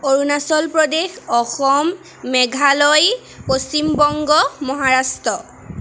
Arunachal Pradesh Assam Meghalaya Paschimbanga Maharashtra